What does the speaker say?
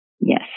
Yes